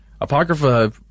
Apocrypha